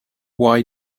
why